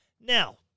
Now